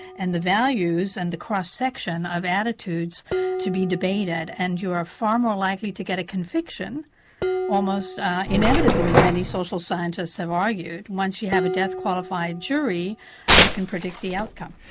and the values and the cross-section of attitudes to be debated. and you are far more likely to get a conviction almost inevitably many social scientists have argued, once you have a death-qualified jury you can predict the outcome.